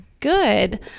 Good